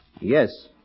Yes